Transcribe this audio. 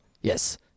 Yes